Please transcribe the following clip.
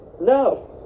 No